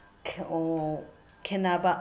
ꯈꯦꯠꯅꯕ